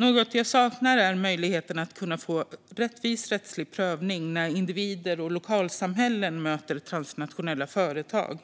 Något jag saknar är möjligheten att få en rättvis rättslig prövning när individer och lokalsamhällen möter transnationella företag.